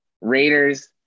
Raiders –